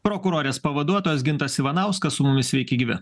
prokurorės pavaduotojas gintas ivanauskas su mumis sveiki gyvi